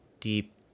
deep